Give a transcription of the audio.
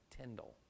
Tyndall